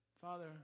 Father